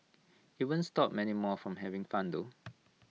IT won't stop many more from having fun though